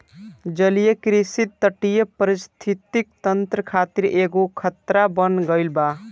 जलीय कृषि तटीय परिस्थितिक तंत्र खातिर एगो खतरा बन गईल बा